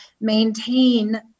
maintain